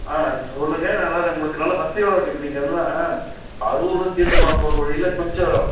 ஆ சொல்லுங்க வேணாம் நான் உங்களுக்கு நல்லா வசதியோடய இருக்குது இப்போ நீங்கள் என்னென்னா அரூரில் தீர்த்தமலை போகிற வழியில் கொஞ்சம்